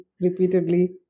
repeatedly